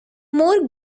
more